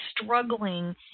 struggling